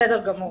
בסדר גמור.